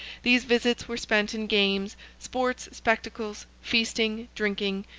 these visits were spent in games, sports, spectacles, feasting, drinking,